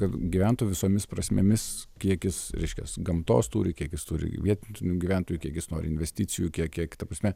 kad gyventų visomis prasmėmis kiek jis reiškias gamtos turi kiek jis turi vietinių gyventojų kiek jis nori investicijų kiek kiek ta prasme